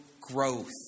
growth